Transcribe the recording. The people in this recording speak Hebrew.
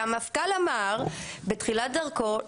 והמפכ"ל אמר בתחילת דרכו,